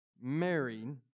married